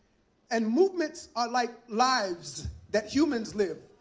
and movements are like lives that humans live.